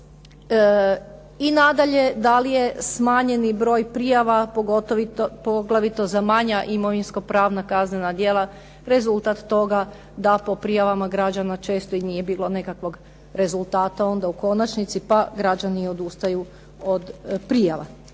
I nadalje, da li je smanjeni broj prijava pogotovo za manja imovinsko-pravna kaznena djela rezultat toga da po prijavama građana često nije bilo nekakvog rezultata u konačnici, pa građani odustaju od prijava,